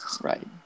Right